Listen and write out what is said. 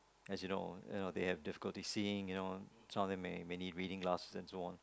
as you know you know they have difficulty seeing you know some of them may may need reading glasses and so on